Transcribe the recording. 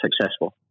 successful